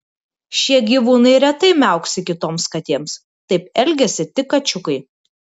šie gyvūnai retai miauksi kitoms katėms taip elgiasi tik kačiukai